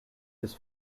his